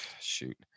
shoot